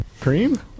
Cream